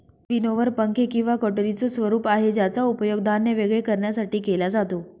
winnower पंखे किंवा कटोरीच स्वरूप आहे ज्याचा उपयोग धान्य वेगळे करण्यासाठी केला जातो